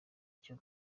icyo